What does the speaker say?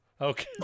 Okay